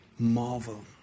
marvel